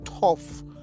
tough